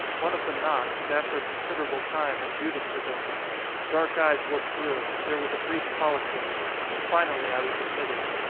one of them knocked, and after a considerable time a judas was opened dark eyes looked through there was a brief colloquy and finally i was admitted.